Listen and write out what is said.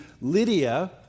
Lydia